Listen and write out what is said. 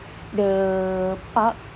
the park